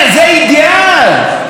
להיות אור לגויים.